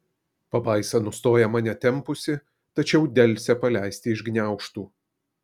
pabaisa nustoja mane tempusi tačiau delsia paleisti iš gniaužtų